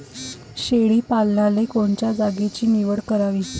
शेळी पालनाले कोनच्या जागेची निवड करावी?